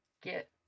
get